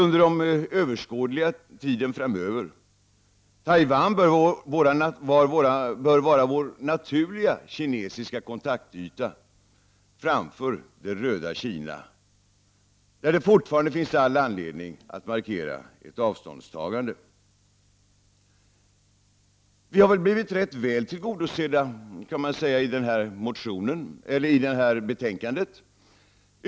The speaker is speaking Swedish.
Under överskådlig tid framöver bör Taiwan vara vår naturliga kinesiska kontaktyta framför det röda Kina, där det fortfarande finns all anledning att markera ett avståndstagande. Man kan väl säga att vi har blivit rätt väl tillgodosedda i detta betänkande.